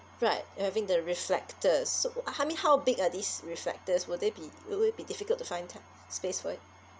right having the reflectors so how many how big are these reflectors would they be would it be difficult to find space for it